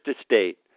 estate